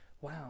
Wow